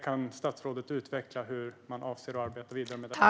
Kan statsrådet utveckla hur man avser att arbeta vidare med detta?